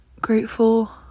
grateful